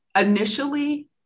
initially